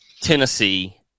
Tennessee